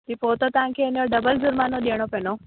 जी पोइ त तव्हांखे उनजो डबल जुर्मानो ॾियणो पवंदो